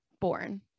born